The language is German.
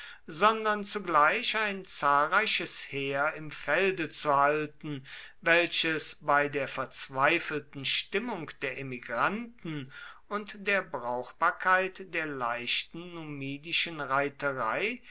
sondern zugleich ein zahlreiches heer im felde zu halten welches bei der verzweifelten stimmung der emigranten und der brauchbarkeit der leichten